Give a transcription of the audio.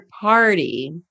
party